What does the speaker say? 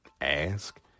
ask